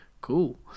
Cool